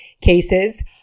cases